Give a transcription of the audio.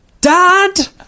Dad